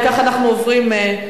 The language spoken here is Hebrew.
אם כך, אנחנו עוברים להצבעה.